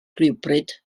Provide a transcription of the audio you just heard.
rhywbryd